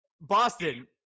Boston